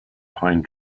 pine